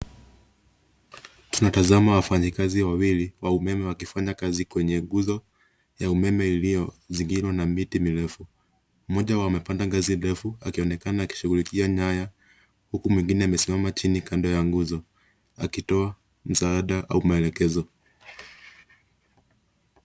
Tunatazama wafanyikazi wawili wa umeme wakifanya kazi kwenye nguzo ya umeme iliyozingirwa na miti mirefu. Mmoja wao amepanda ngazi ndefu akionekana akishughulikia nyaya huku mwingine amesimama chini kando ya nguzo akitoa msaada au maelekezo.